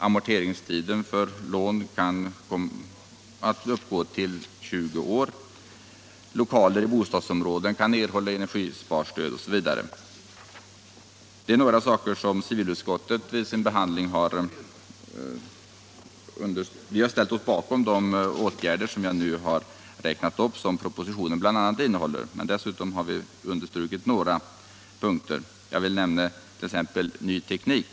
Amorteringstiden för lån kan komma att uppgå till 20 år. Lokaler och bostadsområden kan erhålla energisparstöd, osv. Civilutskottet har i sin behandling av propositionen ställt sig bakom de förslag som jag nu har räknat upp. Dessutom har vi understrukit ytterligare några punkter. Jag vill här nämna t.ex. frågan om ny teknik.